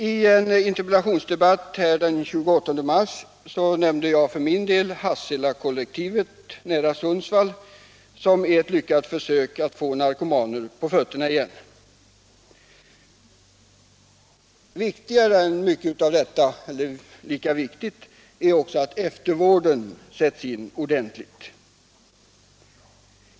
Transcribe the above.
I en interpellationsdebatt den 28 mars nämnde jag för min del Hasselakollektivet nära Sundsvall som ett lyckat försök att få narkomaner på fötterna igen. Viktigare än detta eller åtminstone lika viktigt är att eftervården sätts in ordentligt.